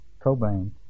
Cobain